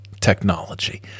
technology